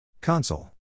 Console